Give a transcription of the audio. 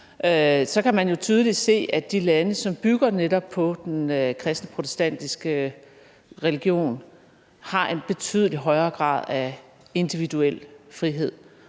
kan man tydeligt se, at de lande, der netop bygger på den kristne protestantiske religion, har en betydelig højere grad af individuel frihed.